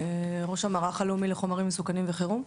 ראש המערך הלאומי לחומרים מסוכנים וחירום.